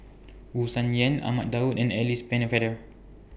Wu Tsai Yen Ahmad Daud and Alice Pennefather